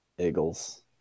Eagles